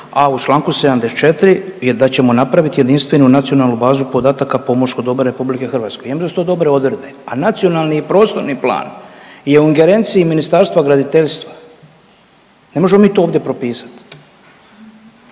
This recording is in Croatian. a u Članku 74. je da ćemo napraviti jedinstvenu nacionalnu bazu podataka pomorskog dobra RH. Ja mislim da su to dobre odredbe, a nacionalni prostorni plan je u ingerenciji Ministarstva graditeljstva. Ne možemo mi to ovdje propisati.